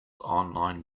online